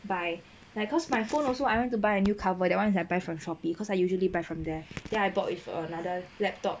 buy like cause my phone also I want to buy a new cover that one is I buy from shopee cause I usually buy from there then I bought with another laptop